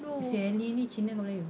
si ellie ni cina ke melayu